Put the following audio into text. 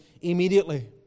immediately